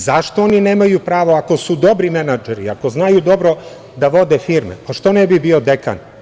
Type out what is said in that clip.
Zašto oni nemaju pravo ako su dobri menadžeri, ako znaju dobro da vode firme, pa što ne bi bio dekan?